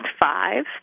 five